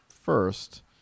first